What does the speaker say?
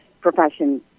profession